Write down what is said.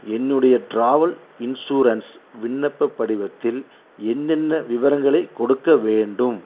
என்னுடைய travel insurance விண்ணப்பப் படிவத்தில் என்னென்ன விவரங்களை கொடுக்க வேண்டும்